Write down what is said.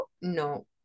No